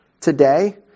today